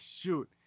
shoot